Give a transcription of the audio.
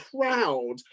proud